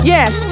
Yes